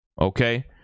Okay